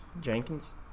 Jenkins